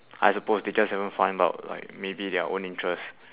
I suppose they just haven't find out like maybe their own interests